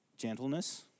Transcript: Gentleness